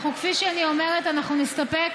כפי שאני אומרת, אנחנו נסתפק